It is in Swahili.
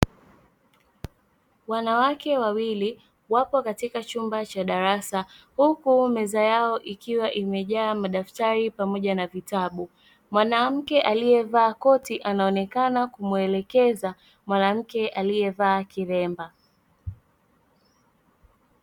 Wanawake wawili wapo katika chumba cha darasa huku meza yao ikiwa imejaa madaftari pamoja na vitabu, mwanamke aliyevaa koti anaonekana kumwelekeza mwanamke aliyevaa kilemba.